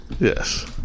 Yes